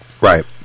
Right